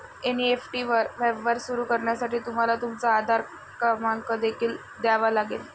NEFT वर व्यवहार सुरू करण्यासाठी तुम्हाला तुमचा आधार क्रमांक देखील द्यावा लागेल